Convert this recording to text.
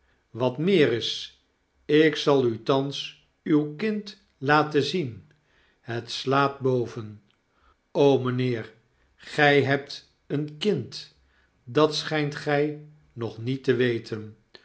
wat meer is ik zal u thans uw kind laten zien het slaapt boven mijnheer gij hebt een kind dat schynt gy nog niet te weten